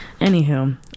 anywho